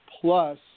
plus